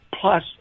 Plus